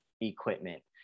equipment